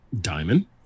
Diamond